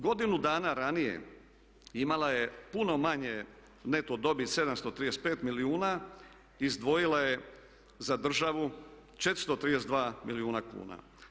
Godinu dana ranije imala je puno manje neto dobiti, 735 milijuna i izdvojila je za državu 432 milijuna kuna.